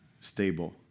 stable